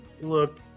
look